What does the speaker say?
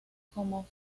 como